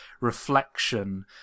reflection